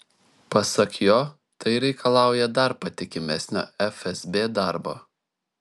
pasak jo tai reikalauja dar patikimesnio fsb darbo